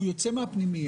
הוא יוצא מהפנימייה,